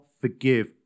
forgive